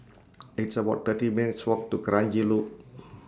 It's about thirty minutes' Walk to Kranji Loop